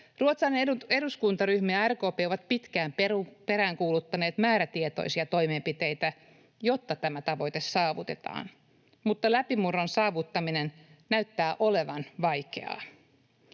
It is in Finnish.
Ruotsalainen eduskuntaryhmä ja RKP ovat pitkään peräänkuuluttaneet määrätietoisia toimenpiteitä, jotta tämä tavoite saavutetaan, mutta läpimurron saavuttaminen näyttää olevan vaikeaa.